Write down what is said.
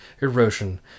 erosion